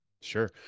sure